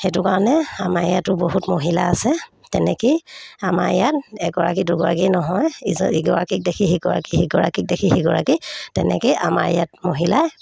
সেইটো কাৰণে আমাৰ ইয়াতো বহুত মহিলা আছে তেনেকৈয়ে আমাৰ ইয়াত এগৰাকী দুগৰাকী নহয় ইজনী ইগৰাকীক দেখি সিগৰাকী সিগৰাকীক দেখি সিগৰাকী তেনেকৈয়ে আমাৰ ইয়াত মহিলাই